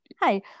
Hi